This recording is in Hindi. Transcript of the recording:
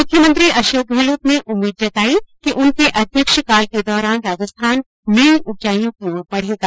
मुख्यमंत्री अशोक गहलोत ने उम्मीद जताई कि उनके अध्यक्ष काल के दौरान राजस्थान नई ऊंचाई की ओर बढ़ेगा